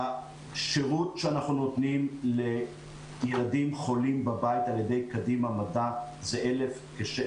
בשרות שאנחנו נותנים לילדים חולים בבית על-ידי "קדימה מדע" זה 1,600